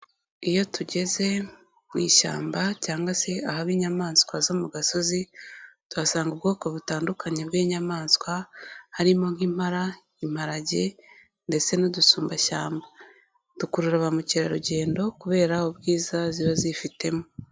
Iyo tugeze ku ishyamba cyangwa se ahaba inyamaswa zo mu gasozi, tuhasanga ubwoko butandukanye bw'inyamaswa harimo, nk'impara, imparage, ndetse n'udusumbashyamba, zikurura ba mukerarugendo kubera ubwiza ziba zifitemo.